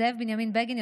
זאב בנימין בגין.